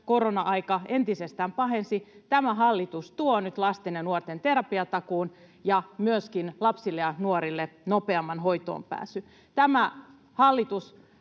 korona-aika entisestään pahensi tilannetta. Tämä hallitus tuo nyt lasten ja nuorten terapiatakuun ja myöskin lapsille ja nuorille nopeamman hoitoonpääsyn. Tämä hallitus